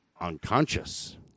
unconscious